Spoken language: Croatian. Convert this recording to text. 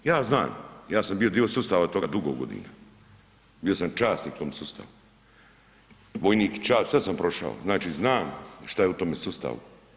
Ja znam ja sam bio dio sustava toga dugo godina, bio sam časnik u tome sustavu, vojnik časnik, sve sam prošao, znači znam šta je u tome sustavu.